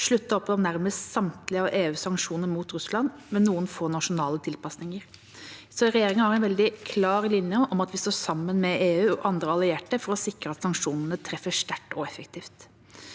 sluttet opp om nærmest samtlige av EUs sanksjoner mot Russland, med noen få nasjonale tilpasninger. Regjeringa har en veldig klar linje om at vi står sammen med EU og andre allierte for å sikre at sanksjonene treffer sterkt og effektivt.